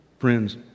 Friends